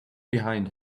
behind